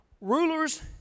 Rulers